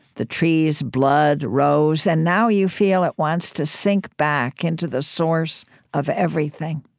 the trees' blood rose. and now you feel it wants to sink back into the source of everything.